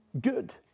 good